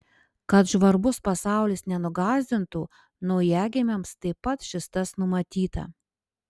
kad žvarbus pasaulis nenugąsdintų naujagimiams taip pat šis tas numatyta